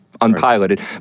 unpiloted